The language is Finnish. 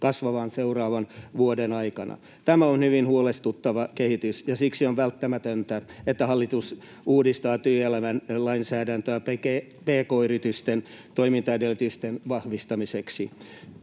kasvavan seuraavan vuoden aikana. Tämä on hyvin huolestuttava kehitys, ja siksi on välttämätöntä, että hallitus uudistaa työelämän lainsäädäntöä pk-yritysten toimintaedellytysten vahvistamiseksi.